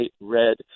red